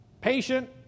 patient